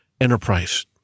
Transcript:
enterprise